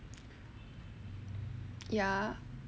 ya